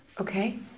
Okay